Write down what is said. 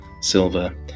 Silver